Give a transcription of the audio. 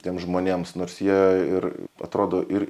tiems žmonėms nors jie ir atrodo ir